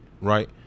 right